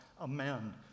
amend